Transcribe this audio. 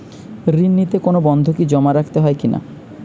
ঋণ নিতে কোনো বন্ধকি জমা রাখতে হয় কিনা?